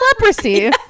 Leprosy